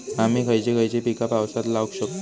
आम्ही खयची खयची पीका पावसात लावक शकतु?